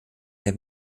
der